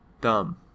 dumb